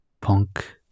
punk